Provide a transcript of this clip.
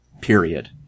period